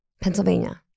Pennsylvania